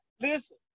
Listen